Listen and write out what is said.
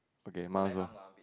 okay my one also